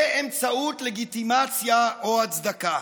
באמצעות לגיטימציה או הצדקה.